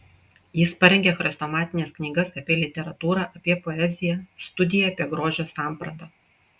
jis parengė chrestomatines knygas apie literatūrą apie poeziją studiją apie grožio sampratą